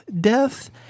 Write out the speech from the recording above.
death